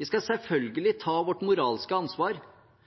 Vi skal selvfølgelig ta vårt moralske ansvar,